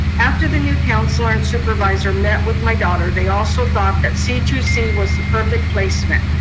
after the new counselor and supervisor met with my daughter, they also thought that c two c was the perfect placement.